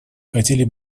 хотели